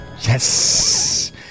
Yes